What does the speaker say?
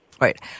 Right